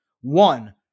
One